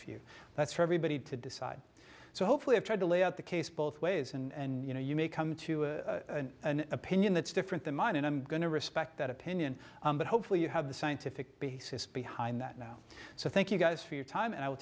you that's for everybody to decide so hopefully i've tried to lay out the case both ways and you know you may come to an opinion that's different than mine and i'm going to respect that opinion but hopefully you have the scientific basis behind that now so thank you guys for your time and i